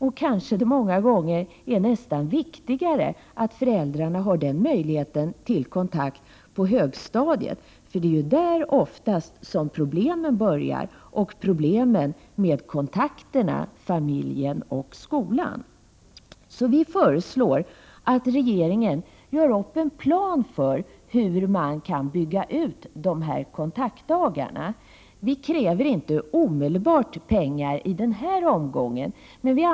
Många gånger är det kanske nästan viktigare att föräldrarna har den möjligheten till kontakt på högstadiet. Det är ofta där som problemen börjar. Det blir t.ex. problem med kontakterna mellan familjen och skolan. Vi föreslår att regeringen skall göra upp en plan för hur man skall kunna bygga ut kontaktdagarna. Vi kräver inte pengar omedelbart i denna omgång.